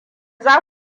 za